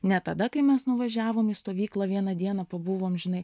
ne tada kai mes nuvažiavom į stovyklą vieną dieną pabuvom žinai